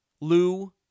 Lou